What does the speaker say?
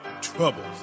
troubles